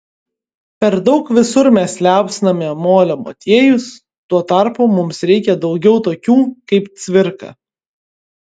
per daug visur mes liaupsiname molio motiejus tuo tarpu mums reikia daugiau tokių kaip cvirka